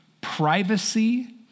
privacy